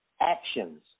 actions